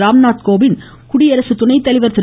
ராம்நாத் கோவிந்த குடியரசுத் துணை தலைவர் திரு